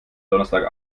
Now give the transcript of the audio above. donnerstag